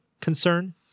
concern